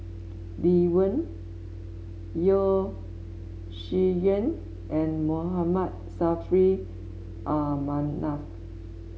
Lee Wen Yeo Shih Yun and Mohammed Saffri Ah Manaf